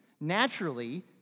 naturally